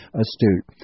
astute